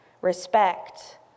respect